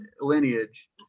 lineage